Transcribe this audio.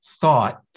thought